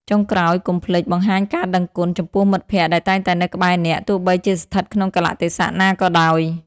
ចុងក្រោយ កុំភ្លេច បង្ហាញការដឹងគុណ ចំពោះមិត្តភក្តិដែលតែងតែនៅក្បែរអ្នក ទោះបីជាស្ថិតក្នុងកាលៈទេសៈណាក៏ដោយ។